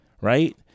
right